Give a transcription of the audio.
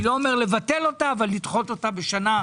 אני לא אומר לבטל אותה, אבל לדחות אותה בשנה.